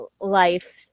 life